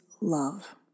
love